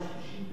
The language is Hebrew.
חוק ומשפט.